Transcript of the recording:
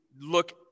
look